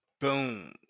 Boom